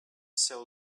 sell